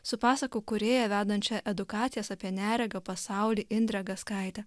su pasakų kūrėja vedančia edukacijas apie neregio pasaulį indre gaskaite